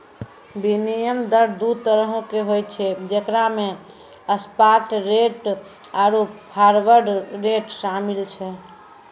विनिमय दर दु तरहो के होय छै जेकरा मे स्पाट रेट आरु फारवर्ड रेट शामिल छै